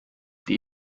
die